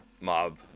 mob